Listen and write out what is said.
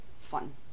fun